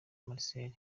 marcel